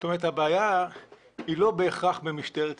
זאת אומרת הבעיה היא לא בהכרח במשטרת ישראל,